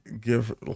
give